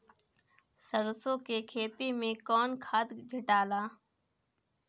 सरसो के खेती मे कौन खाद छिटाला?